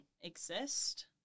exist